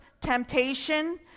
temptation